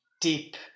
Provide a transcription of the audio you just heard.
deep